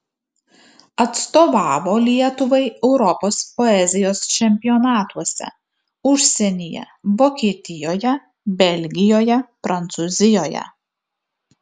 atstovavo lietuvai europos poezijos čempionatuose užsienyje vokietijoje belgijoje prancūzijoje